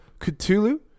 Cthulhu